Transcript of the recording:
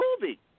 movie